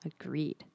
Agreed